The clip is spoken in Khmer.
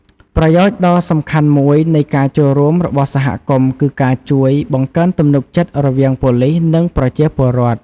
ប្រយោជន៍ដ៏សំខាន់មួយនៃការចូលរួមរបស់សហគមន៍គឺការជួយ បង្កើតទំនុកចិត្តរវាងប៉ូលិស និងប្រជាពលរដ្ឋ។